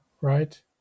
right